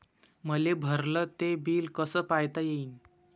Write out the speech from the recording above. मले भरल ते बिल कस पायता येईन?